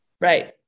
Right